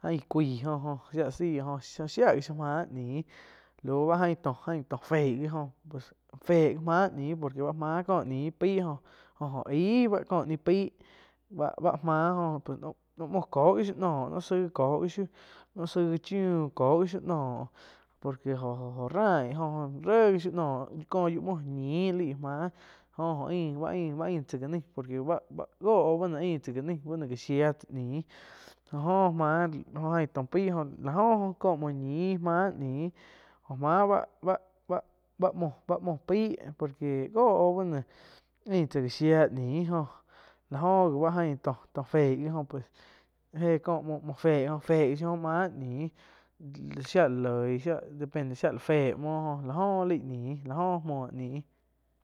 Ain cuái jo shía la saih jó shia gí máh ñiu lau bá ain tó, tó feig gi go pues féh gi máh ni por que báh máh có ñiu oh-oh aíh cóh ñiu paih báh- báh máh oh noh muoh có gi shiuh noh zaig có gi zhiu noh zaigh chíuh kóh gi zhiu noh por que óh-óh rain óh-óh réh gi zhíu noh kó yiu muo ñin lí gie máh jo-jo ain ba ain-ain tsáh ga nai por que báh-báh jo oh bá ain tzáh gá naih chía tsai ñiu oh máhh ain tó paih lá oh jo có muoh ñih máh ñiu joh máh báh-báh muo-muo paihh por que jó oh báh néh ain tsáh gá shía ñiu jóh láh jo gi bá ain tó, tó fei gi oh, éh cóh muo féh óh féhh gi shiu máh ñiu shía la loi shía depende shía la feé muoh lá óh laig ñiu lá óh muoh ñiu.